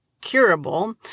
curable